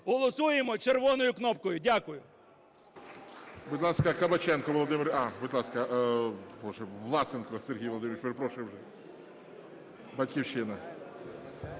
Голосуємо червоною кнопкою. Дякую.